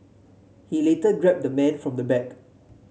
he later grabbed the man from the back